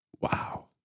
Wow